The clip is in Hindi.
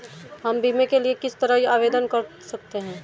हम बीमे के लिए किस तरह आवेदन कर सकते हैं?